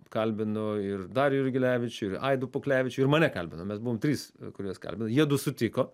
kalbindavo ir darių jurgelevičių ir aidą puklevičių ir mane kalbino mes buvom trys kuriuos kalbino jiedu sutiko